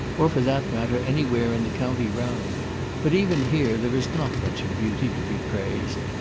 or, for that matter, anywhere in the county round but even here there is not much of beauty to be praised.